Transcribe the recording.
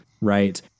right